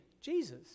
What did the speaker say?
Jesus